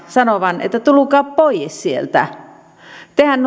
sanovan että tulkaa pois sieltä tehän